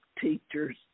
teachers